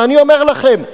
ואני אומר לכם: